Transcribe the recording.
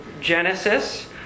Genesis